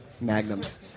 Magnums